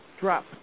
drop